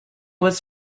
was